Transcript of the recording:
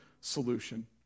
solution